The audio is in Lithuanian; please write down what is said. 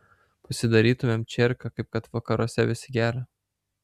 pasidarytumėm čerką kaip kad vakaruose visi geria